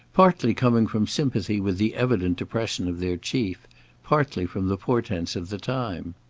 partly coming from sympathy with the evident depression of their chief partly from the portents of the time.